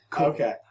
Okay